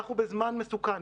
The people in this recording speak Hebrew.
אנחנו בזמן מסוכן.